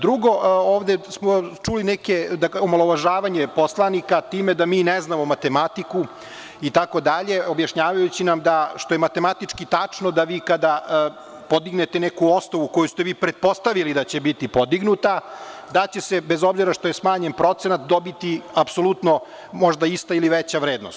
Drugo, ovde smo čuli neka omalovažavanja poslanika time da mi ne znamo matematiku itd, objašnjavajući nam da, što je matematički tačno, da vi kada podignete neku ostavu koju ste pretpostavili da će biti podignuta, da će se, bez obzira što je smanjen procenat, dobiti apsolutno možda ista ili veća vrednost.